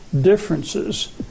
differences